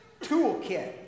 toolkit